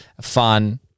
fun